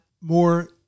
more